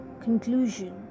Conclusion